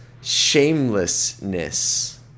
shamelessness